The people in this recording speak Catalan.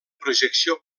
projecció